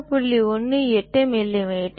18 millimetre